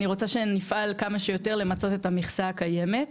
אני רוצה שנפעל כמה שיותר כדי למצות את המכסה הקיימת.